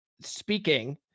speaking